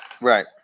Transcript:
Right